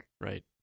Right